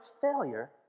failure